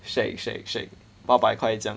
shag shag shag 八百块这样